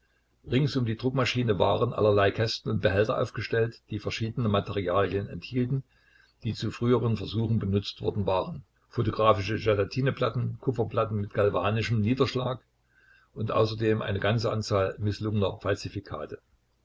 rings um die druckmaschine waren allerlei kästen und behälter aufgestellt die verschiedene materialien enthielten die zu früheren versuchen benutzt worden waren photographische gelatineplatten kupferplatten mit galvanischem niederschlag und außerdem eine ganze anzahl mißlungener